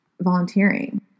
volunteering